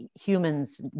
humans